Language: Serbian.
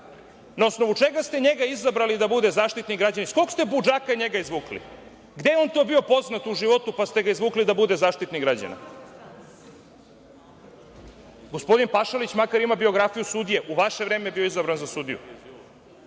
Na osnovu čega ste njega izabrali da bude Zaštitnik građana? Iz kog ste budžaka njega izvukli? Gde je on to bio poznat u životu, pa ste ga izvukli da bude Zaštitnik građana? Gospodin Pašalić makar ima biografiju sudije, u vaše vreme je bio izabran za sudiju,